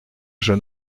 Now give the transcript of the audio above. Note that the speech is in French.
jeune